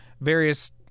various